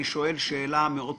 אני שואל שאלה מאוד פשוטה,